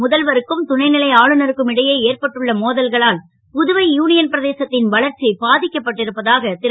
முதல்வருக்கும் துணை லை ஆளுநருக்கும் இடையே ஏற்பட்டுள்ள மோதல்களால் புதுவை யூ யன் பிரதேசத் ன் வளர்ச்சி பா க்கப்பட்டிருப்பதாக ரு